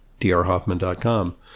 drhoffman.com